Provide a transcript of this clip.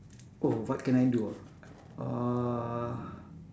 oh what can I do ah uh